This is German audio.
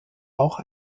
auch